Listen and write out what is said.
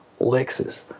Lexus